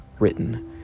written